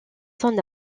son